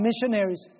missionaries